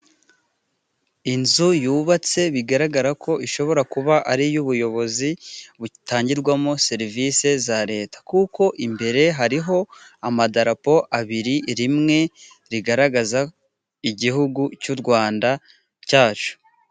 Inzu yubatse bigaragara ko ishobora kuba ari iy'ubuyobozi butangiramo serivise za Leta kuko imbere hariho amadarapo abiri rimwe rigaragaza igihugu cy' u Rwanda cyacu.